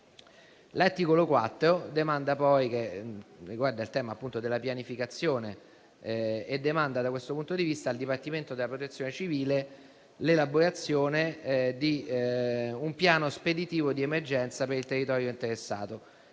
L'articolo 4, che riguarda il tema della pianificazione, demanda al Dipartimento della protezione civile l'elaborazione di un piano speditivo di emergenza per il territorio interessato,